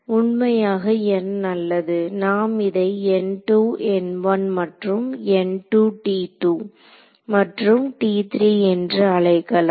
உண்மையாக N நல்லது நாம் இதை மற்றும் மற்றும் என்று அழைக்கலாம்